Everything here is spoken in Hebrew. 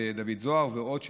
דוד זוהר ועוד,